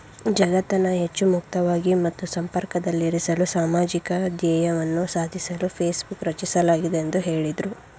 ಜಗತ್ತನ್ನ ಹೆಚ್ಚು ಮುಕ್ತವಾಗಿ ಮತ್ತು ಸಂಪರ್ಕದಲ್ಲಿರಿಸಲು ಸಾಮಾಜಿಕ ಧ್ಯೇಯವನ್ನ ಸಾಧಿಸಲು ಫೇಸ್ಬುಕ್ ರಚಿಸಲಾಗಿದೆ ಎಂದು ಹೇಳಿದ್ರು